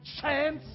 chance